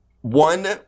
One